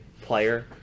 player